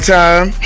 time